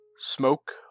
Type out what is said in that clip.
Smoke